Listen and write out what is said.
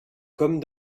comme